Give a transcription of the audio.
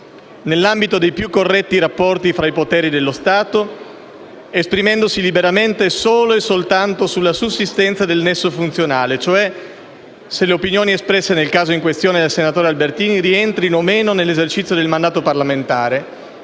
nell'ambito dei più corretti rapporti fra i poteri dello Stato, esprimendosi liberamente solo e soltanto sulla sussistenza del nesso funzionale, cioè se le opinioni espresse nel caso in questione dal senatore Albertini rientrino o meno nell'esercizio del mandato parlamentare